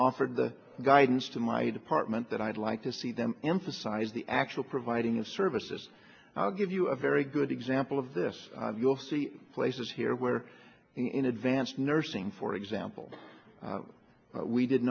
offered the guidance to my department that i'd like to see them emphasize the actual providing the services i'll give you a very good example of this you'll see places here where in advanced nursing for example we did